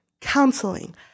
counseling